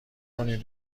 کنین